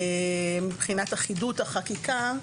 מבחינת אחידות החקיקה,